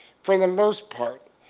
for the most part,